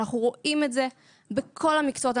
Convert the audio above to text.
ואנחנו רואים את זה בכל המקצועות.